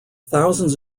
thousands